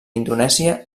indonèsia